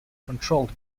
controlled